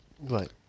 right